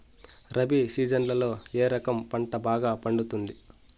రబి సీజన్లలో ఏ రకం పంట బాగా పండుతుంది